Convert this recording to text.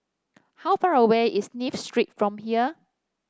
how far away is Smith Street from here